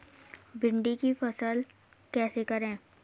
भिंडी की फसल कैसे करें?